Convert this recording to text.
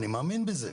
אני מאמין בזה.